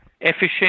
efficient